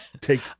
Take